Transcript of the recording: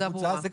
זאת